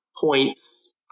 points